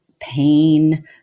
pain